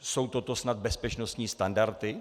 Jsou toto snad bezpečnostní standardy?